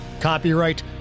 Copyright